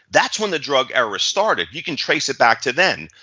that's when the drug era started. you can trace it back to then.